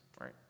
right